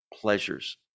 pleasures